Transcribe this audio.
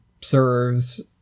serves